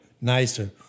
nicer